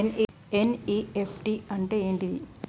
NEFT అంటే ఏంటిది?